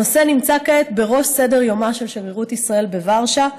הנושא נמצא כעת בראש סדר-יומה של שגרירות ישראל בוורשה,